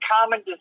common